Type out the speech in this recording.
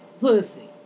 pussy